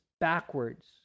backwards